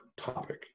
topic